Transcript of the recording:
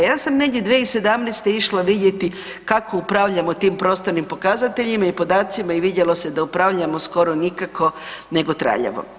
Ja sam negdje 2017. išla vidjeti kako upravljamo tim prostornim pokazateljima i podacima i vidjelo se da upravljamo skoro nikako, nego traljavo.